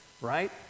right